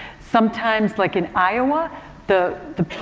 sometimes, like in iowa the, the,